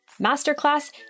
masterclass